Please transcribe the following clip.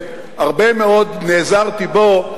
שהרבה מאוד נעזרתי בו,